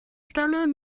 stelle